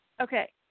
Okay